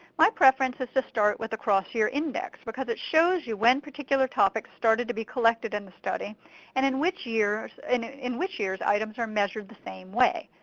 my preference is to start with a cross-year index because it shows you when particular topics started to be collected in the study and in which years in in which years items are measured the same way.